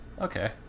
okay